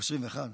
או העשרים-ואחת,